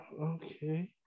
okay